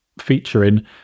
featuring